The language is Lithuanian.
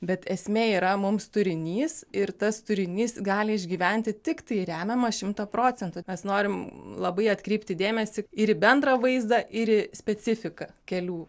bet esmė yra mums turinys ir tas turinys gali išgyventi tiktai remiamą šimtą procentų mes norim labai atkreipti dėmesį ir į bendrą vaizdą ir į specifiką kelių